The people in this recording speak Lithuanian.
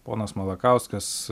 ponas malakauskas